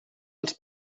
els